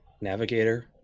navigator